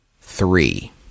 three